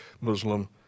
Muslim